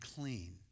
clean